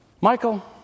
Michael